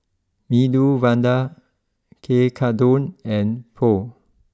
Medu Vada Tekkadon and Pho